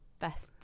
best